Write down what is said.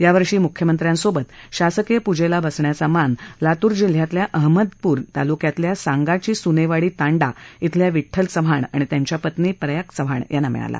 यावर्षी मुख्यमंत्र्यांसोबत शासकीय पूजेला बसण्याचा मान लातूर जिल्ह्यातल्या अहमदपूर तालुक्यातल्या सांगाची सुनेवाडी तांडा खेल्या विठ्ठल चव्हाण आणि त्यांच्या पत्नी प्रयाग चव्हाण यांना मिळाला